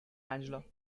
angela